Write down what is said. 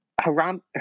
Haram